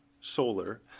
solar